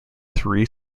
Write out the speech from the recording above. three